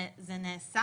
זה נעשה.